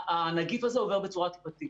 הנגיף הזה עובר בצורה טיפתית,